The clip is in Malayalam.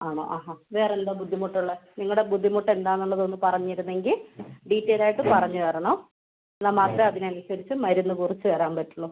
ആണോ ആ ആ വേറെന്താ ബുദ്ധിമുട്ടുള്ളത് നിങ്ങളുടെ ബുദ്ധിമുട്ടെന്താന്നുള്ളത് ഒന്ന് പറഞ്ഞിരുന്നെങ്കിൽ ഡീറ്റേയിലായിട്ട് പറഞ്ഞു തരണം എന്നാൽ മാത്രമേ അതിനനുസരിച്ച് മരുന്ന് കുറിച്ച് തരാൻ പറ്റുള്ളൂ